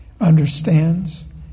Understands